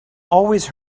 always